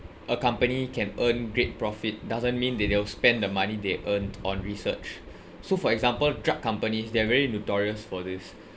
a company can earn great profit doesn't mean that they'll spend the money they earn on research so for example drug companies they're very notorious for this